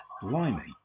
Blimey